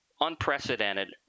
unprecedented